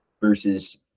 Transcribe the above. versus